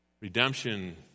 Redemption